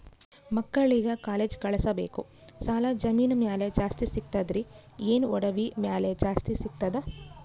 ಮಕ್ಕಳಿಗ ಕಾಲೇಜ್ ಕಳಸಬೇಕು, ಸಾಲ ಜಮೀನ ಮ್ಯಾಲ ಜಾಸ್ತಿ ಸಿಗ್ತದ್ರಿ, ಏನ ಒಡವಿ ಮ್ಯಾಲ ಜಾಸ್ತಿ ಸಿಗತದ?